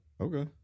okay